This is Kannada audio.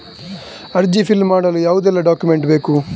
ಅರ್ಜಿ ಫಿಲ್ ಮಾಡಲು ಯಾವುದೆಲ್ಲ ಡಾಕ್ಯುಮೆಂಟ್ ಬೇಕು?